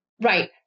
Right